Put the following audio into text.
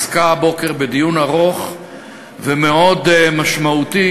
עסקה הבוקר בדיון ארוך ומאוד משמעותי